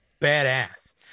badass